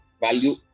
Value